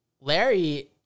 Larry